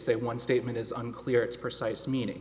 say one statement is unclear it's precise meaning